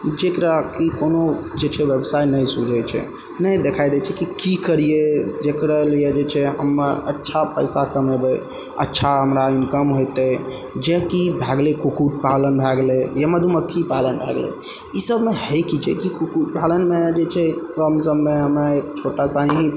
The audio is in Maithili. जकरा कि कोनो जे छै व्यवसाय नहि सुझै छै नहि देखाइ दै छै कि की करियै जकरा लियऽ जे छै हम अच्छा पैसा कमे बै अच्छा हमरा इनकम होयतै जे कि भए गेलै कुक्कुट पालन भए गेलै या मधुमक्खी पालन भए गेलै ई सबमे हय की छै कि कुक्कुट पालनमे जे छै कमसममे हमे एक छोटा सा ही